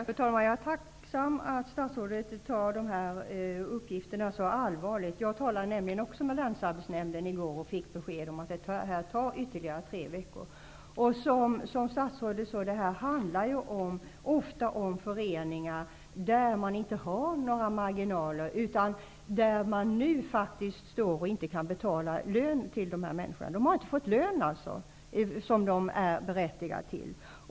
Fru talman! Jag är tacksam för att statsrådet tar de här uppgifterna så allvarligt. Jag talade nämligen med länsarbetsnämnden i går och fick beskedet att det här kommer att ta ytterligare tre veckor. Som statsrådet sade handlar det ofta om föreningar där man inte har några marginaler och inte kan betala ut lön. Folk har således inte fått den lön som de är berättigade till.